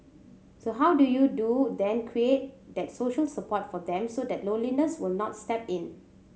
so how do you do then create that social support for them so that loneliness will not step in